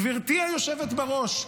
גברתי היושבת בראש,